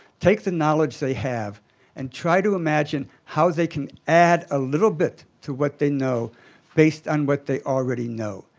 take the knowledge they have and try to imagine how they can add a little bit to what they know based on what they already know.